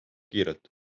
kiirelt